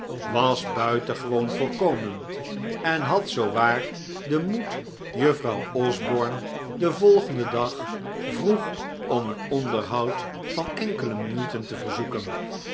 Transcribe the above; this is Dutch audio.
was buitengewoon voorkomend en had zoowaar den moed juffrouw osborne den volgenden dag vroeg om een onderhoud van enkele minuten te verzoeken